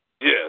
Yes